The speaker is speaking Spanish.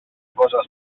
casas